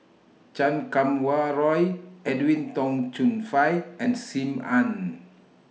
Chan Kum Wah Roy Edwin Tong Chun Fai and SIM Ann